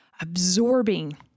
absorbing